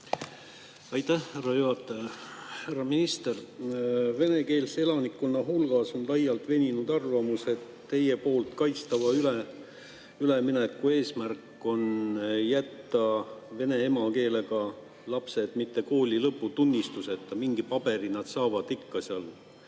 Aitäh, härra juhataja! Härra minister! Venekeelse elanikkonna hulgas on laialt levinud arvamus, et teie kaitstava ülemineku eesmärk on jätta vene emakeelega lapsed mitte kooli lõputunnistuseta – mingi paberi nad saavad ikka seal